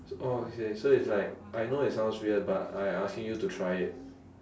orh okay so it's like I know it sounds weird but I asking you to try it